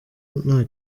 nta